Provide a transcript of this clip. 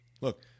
look